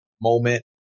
moment